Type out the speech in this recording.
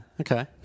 okay